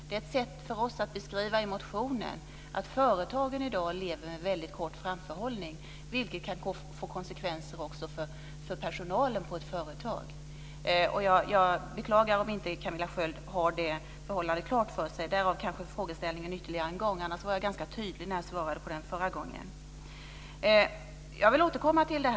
Det var ett sätt för oss att beskriva i motionen att företagen i dag lever med väldigt kort framförhållning, vilket kan få konsekvenser också för deras personal. Jag beklagar om inte Camilla Sköld Jansson har det förhållandet klart för sig. Det kanske var därför frågeställningen kom ytterligare en gång. Jag var ganska tydlig när jag svarade förra gången. Jag vill återkomma till detta.